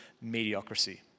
mediocrity